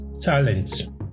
talents